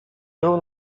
był